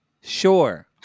Sure